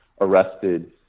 arrested